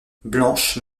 blanche